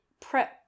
prep